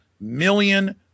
million